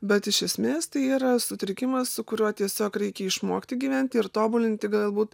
bet iš esmės tai yra sutrikimas su kuriuo tiesiog reikia išmokti gyventi ir tobulinti galbūt